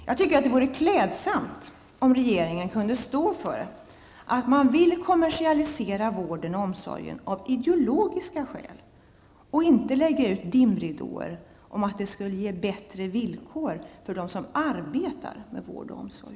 Jag tycker att det vore klädsamt om regeringen kunde stå för att man vill kommersialisera vården och omsorgen av ideologiska skäl i stället för att lägga ut dimridåer om att det skall ge bättre villkor för de som arbetar med vård och omsorg.